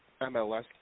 MLS